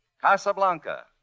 Casablanca